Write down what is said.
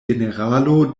generalo